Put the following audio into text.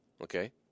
okay